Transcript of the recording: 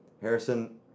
Harrison